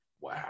Wow